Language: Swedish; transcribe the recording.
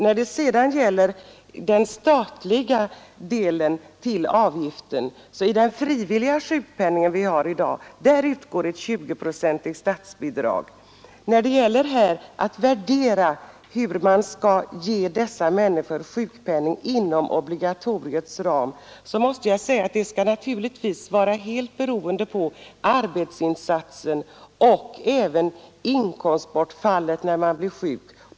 När det sedan gäller statligt bidrag till avgiften vill jag framhålla att i den frivilliga sjukpenningförsäkringen utgår ett statligt bidrag på 20 procent. Bedömningen av hur man skall ge dessa människor sjukpenning inom obligatorisk ram skall naturligtvis vara helt beroende på arbetsinsatsen och även inkomstbortfallet vid sjukdom.